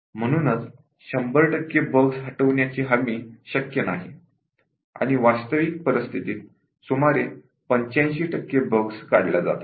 म्हणूनच 100 टक्के बग हटविण्याची हमी शक्य नाही आणि वास्तविक परिस्थितीत सुमारे 85 टक्के बग्स काढल्या जातात